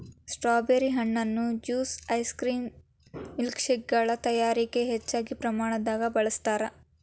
strawberry ಹಣ್ಣುನ juice ice cream ಮಿಲ್ಕ್ಶೇಕಗಳ ತಯಾರಿಕ ಹೆಚ್ಚಿನ ಪ್ರಮಾಣದಾಗ ಬಳಸ್ತಾರ್